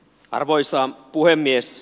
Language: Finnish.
arvoisa puhemies